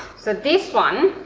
so this one